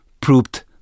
proved